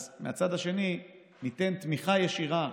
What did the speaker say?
אז מהצד השני ניתן תמיכה ישירה